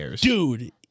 dude